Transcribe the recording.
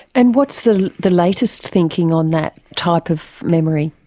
and what's the the latest thinking on that type of memory.